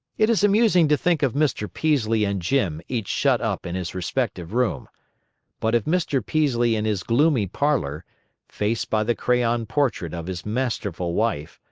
it is amusing to think of mr. peaslee and jim each shut up in his respective room but if mr. peaslee in his gloomy parlor faced by the crayon portrait of his masterful wife,